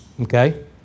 okay